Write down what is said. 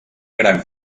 gran